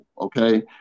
Okay